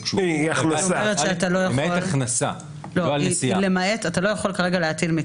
על פי הנוסח כרגע אתה לא יכול להטיל,